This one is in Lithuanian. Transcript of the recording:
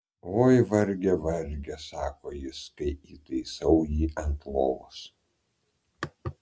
oi varge varge sako jis kai įtaisau jį ant lovos